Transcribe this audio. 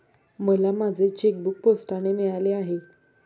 मला माझे चेकबूक पोस्टाने मिळाले आहे